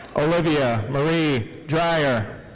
olivia marie dryer.